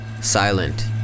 silent